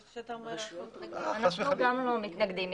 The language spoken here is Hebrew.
אנחנו גם לא מתנגדים,